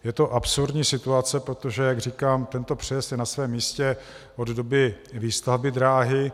Je to absurdní situace, protože, jak říkám, tento přejezd je na svém místě od doby výstavby dráhy.